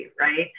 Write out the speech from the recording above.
right